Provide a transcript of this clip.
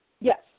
Yes